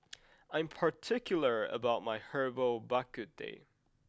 I am particular about my Herbal Bak Ku Teh